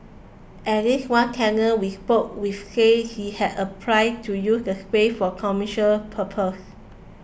at least one tenant we spoke with said he had applied to use the space for commercial purposes